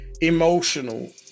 emotional